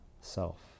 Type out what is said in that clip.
self